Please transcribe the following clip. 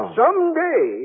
someday